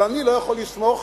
אני לא יכול לסמוך,